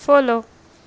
follow